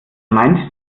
meint